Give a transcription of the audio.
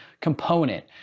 component